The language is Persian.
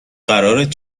قرارت